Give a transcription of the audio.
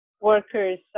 Workers